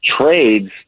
trades